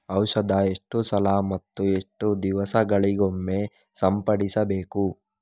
ಔಷಧ ಎಷ್ಟು ಸಲ ಮತ್ತು ಎಷ್ಟು ದಿವಸಗಳಿಗೊಮ್ಮೆ ಸಿಂಪಡಿಸಬೇಕು?